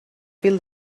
fil